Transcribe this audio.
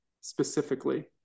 specifically